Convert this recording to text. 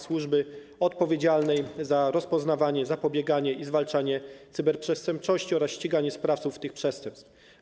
Służba będzie odpowiedzialna za rozpoznawanie, zapobieganie i zwalczanie cyberprzestępczości oraz ściganie sprawców cyberprzestępstw.